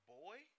boy